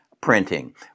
printing